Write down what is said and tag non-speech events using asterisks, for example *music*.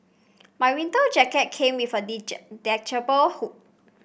my winter jacket came with a *unintelligible* detachable hood